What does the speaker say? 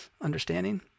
understanding